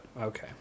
okay